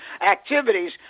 activities